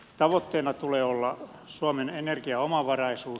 tavoitteena tulee olla suomen energiaomavaraisuus